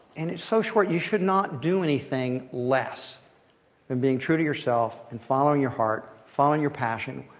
and it's so short you should not do anything less than being true to yourself, and following your heart, following your passion,